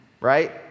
right